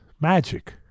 magic